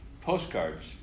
postcards